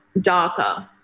darker